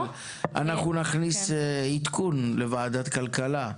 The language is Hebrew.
אבל אנחנו נכניס עדכון לוועדת הכלכלה.